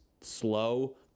slow